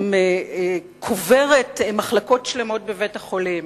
קוברת מחלקות שלמות בבית-החולים,